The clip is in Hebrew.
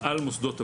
על מוסדות הפטור.